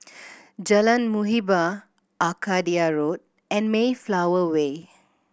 Jalan Muhibbah Arcadia Road and Mayflower Way